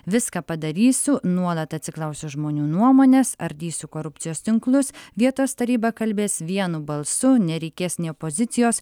viską padarysiu nuolat atsiklausiu žmonių nuomonės ardysiu korupcijos tinklus vietos taryba kalbės vienu balsu nereikės nė opozicijos